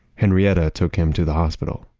henrietta took him to the hospital.